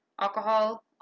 alcohol